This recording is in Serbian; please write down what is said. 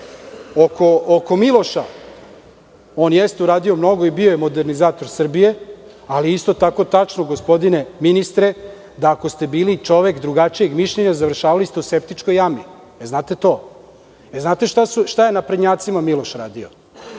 oko Miloša, on jeste uradio mnogo i bio je modernizator Srbije, ali je isto tako tačno, gospodine ministre, da ako ste bili čovek drugačijeg mišljenja, završavali ste u septičkoj jami, da li znate to? Znate li šta je naprednjacima Miloš radio,